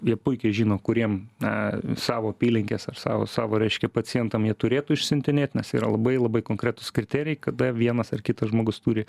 jie puikiai žino kuriem na savo apylinkės ar savo savo reiškia pacientam jie turėtų išsiuntinėt nes yra labai labai konkretūs kriterijai kada vienas ar kitas žmogus turi